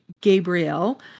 Gabrielle